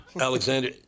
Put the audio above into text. Alexander